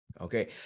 Okay